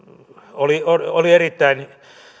oli oli erittäin